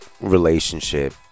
relationship